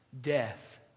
death